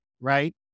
right